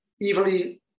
evenly